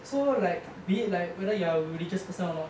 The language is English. so like be it like whether you're a religious person or not